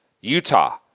Utah